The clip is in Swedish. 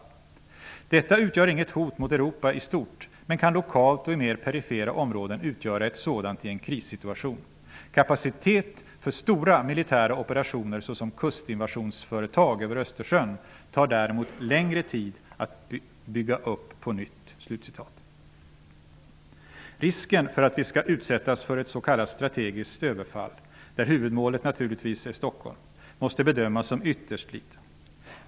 Detta utgör inget hot mot Europa i stort men kan lokalt och i mer perifera områden utgöra ett sådant i en krissituation. Kapacitet för stora militära operationer såsom kustinvasionsföretag över Östersjön tar däremot längre tid att bygga upp på nytt.'' Risken för att vi skall utsättas för ett s.k. strategiskt överfall där huvudmålet naturligtvis är Stockholm måste bedömas som ytterst liten.